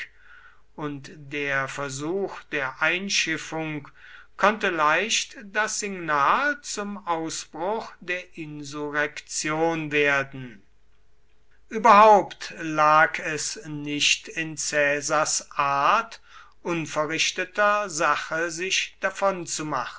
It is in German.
und der versuch der einschiffung konnte leicht das signal zum ausbruch der insurrektion werden überhaupt lag es nicht in caesars art unverrichteter sache sich